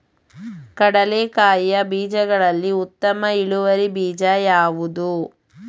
ಕಡ್ಲೆಕಾಯಿಯ ಬೀಜಗಳಲ್ಲಿ ಉತ್ತಮ ಇಳುವರಿ ಬೀಜ ಯಾವುದು?